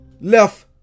Left